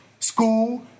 School